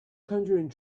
conjuring